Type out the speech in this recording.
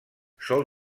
sol